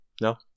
No